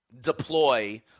deploy –